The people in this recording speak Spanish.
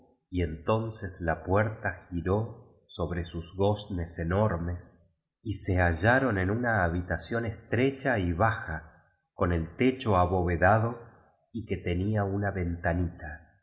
y entonces la puerta giró ohre sus goznes em ru íes y se hallaron en una habitación estrecha y baja con el techo abovedado y que tenia una ventamta